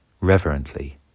reverently